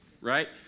right